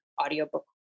audiobook